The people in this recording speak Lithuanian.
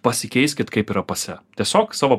pasikeiskit kaip yra pase tiesiog savo